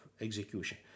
execution